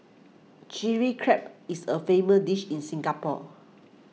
Chilli Crab is a famous dish in Singapore